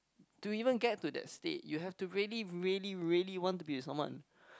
to even get to that state you have to really really really want to be with someone